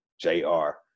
J-R